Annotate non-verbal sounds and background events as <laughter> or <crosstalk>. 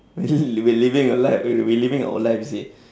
<noise> we living a life we we living our life see